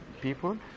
people